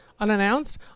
Unannounced